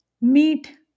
meat